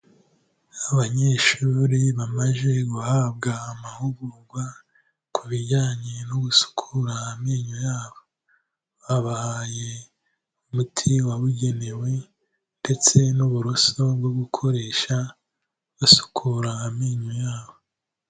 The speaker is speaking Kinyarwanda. Abanyeshuri bamaze guhabwa amahugurwa, ku bijyanye no gusukura amenyo yabo. Babahaye umuti wabugenewe, ndetse n'uburoso bwo gukoresha basukura amenyo yabo.